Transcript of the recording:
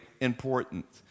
important